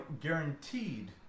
guaranteed